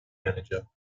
manager